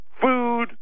food